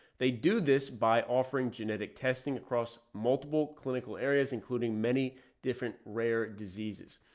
they do this by offering genetic testing across multiple clinical areas, including many different rare diseases.